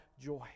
joy